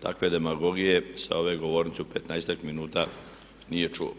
takve demagogije sa ove govornice u petnaestak minuta nije čuo.